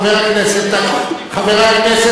חבר הכנסת אקוניס,